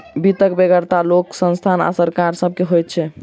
वित्तक बेगरता लोक, संस्था आ सरकार सभ के होइत छै